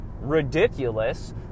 ridiculous